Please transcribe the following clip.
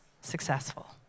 successful